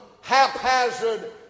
haphazard